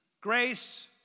grace